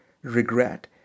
Regret